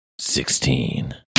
Sixteen